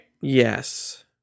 Yes